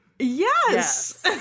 yes